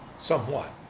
somewhat